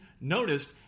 noticed